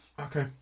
Okay